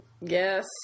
Yes